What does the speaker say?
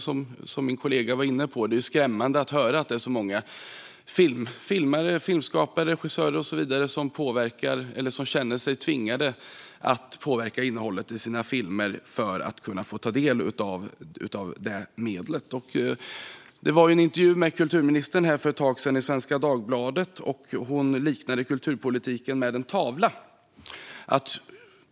Som min kollega var inne på är det skrämmande att höra att många filmare och regissörer känner sig tvingade att påverka innehållet i sina filmer för att få ta del av medlen. För ett tag sedan intervjuades kulturministern i Svenska Dagbladet, och hon liknade då kulturpolitiken vid en tavla.